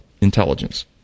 intelligence